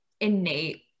innate